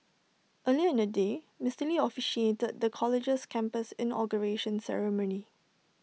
earlier in the day Mister lee officiated the college's campus inauguration ceremony